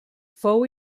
fou